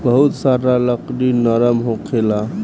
बहुत सारा लकड़ी नरम होखेला